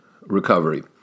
recovery